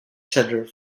centre